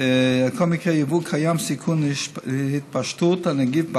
לסיכון של התפשטות הנגיף בארץ,